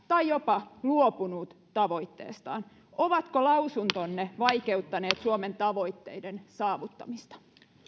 tai jopa luopunut tavoitteestaan ovatko lausuntonne vaikeuttaneet suomen tavoitteiden saavuttamista